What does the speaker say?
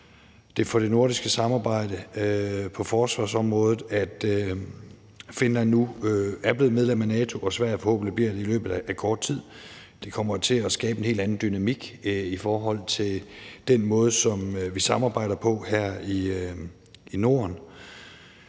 betyder for det nordiske samarbejde på forsvarsområdet, at Finland nu er blevet medlem af NATO, og at Sverige forhåbentlig bliver det i løbet af kort tid. Det kommer til at skabe en helt anden dynamik i forhold til den måde, som vi samarbejder på her i Norden.